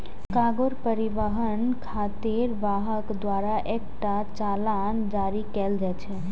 cargo परिवहन खातिर वाहक द्वारा एकटा चालान जारी कैल जाइ छै